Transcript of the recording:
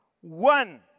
one